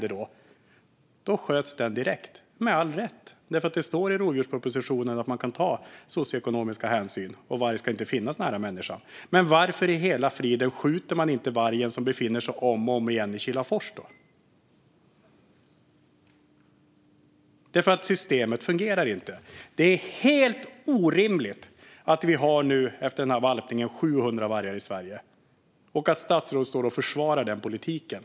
Då skulle den ha blivit skjuten direkt, och med all rätt, för det står i rovdjurspropositionen att man kan ta socioekonomiska hänsyn, och varg ska inte finnas nära människan. Men varför i hela friden skjuter man inte den varg som om och om igen befinner sig i Kilafors? Systemet fungerar ju inte. Det är helt orimligt att vi nu efter valpningen har 700 vargar i Sverige och att statsrådet står och försvarar den politiken.